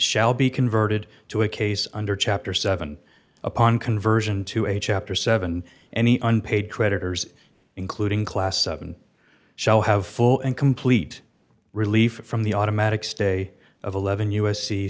shall be converted to a case under chapter seven upon conversion to a chapter seven any unpaid creditors including class seven shall have full and complete relief from the automatic stay of eleven u